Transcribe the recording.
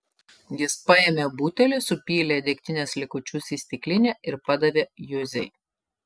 jis paėmė butelį supylė degtinės likučius į stiklinę ir padavė juzei